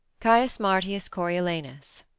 caius marcius coriolanus,